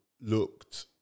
looked